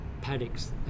paddocks